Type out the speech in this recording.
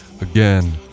again